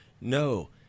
no